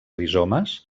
rizomes